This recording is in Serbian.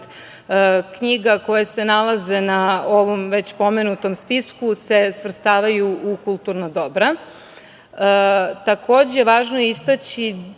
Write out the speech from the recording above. knjiga koje se nalaze na ovom već pomenutom spisku se svrstavaju u kulturna dobra. Predviđeno je da